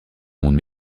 monde